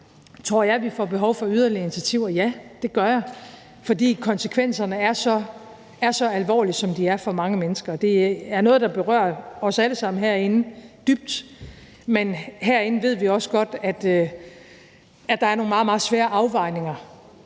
Tror jeg, at vi får behov for yderligere initiativer? Ja, det gør jeg, fordi konsekvenserne er så alvorlige, som de er for mange mennesker. Det er noget, der berører os alle sammen herinde dybt, men herinde ved vi også godt, at der er nogle meget, meget svære afvejninger,